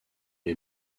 est